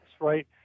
right